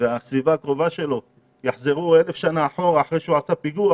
והסביבה הקרובה שלו יחזרו אלף שנה אחורה אחרי שהוא עשה פיגוע.